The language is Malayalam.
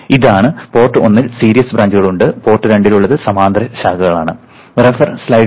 അതിനാൽ ഇതാണ് പോർട്ട് ഒന്നിൽ സീരീസ് ബ്രാഞ്ചുകൾ ഉണ്ട് പോർട്ട് രണ്ട്ൽ ഉള്ളത് സമാന്തര ശാഖകൾ ആണ്